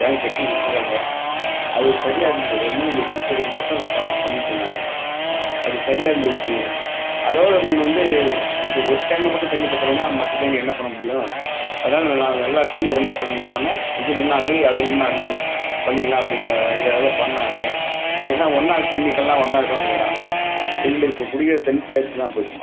tank கட்டி விட்ருக்காங்க அது சரியாக இருந்துது ஒன்லி எஸ்சி தெருவுக்கு மட்டும் அதை பா பண்ணிக்கிட்டு இருந்தாங்க அது சரியாக இருந்தது தண்ணி அதோட கொண்டு வந்து இந்த ஒரு டேங்க்ல மட்டும் தண்ணி பத்தலைனா மற்ற டேங்கு என்ன பண்ண முடியும் அதனால நான் எல்லாம் டேங்க்கையும் ஒன்னாக கலந்து விட்டோன்ன இது இல்லைனா அது அது இல்லைனா அது பண்ணிரலாம் அப்படிங்குற ஐடியாவில் பண்ணாங்க இப்போ எல்லாம் ஒன்னாக தண்ணிக்கெல்லாம் ஒன்னாக கலந்ததுனால எங்களுக்கு இப்போ குடிக்கிற தண்ணி டேஸ்ட்டு இல்லாமல் போச்சு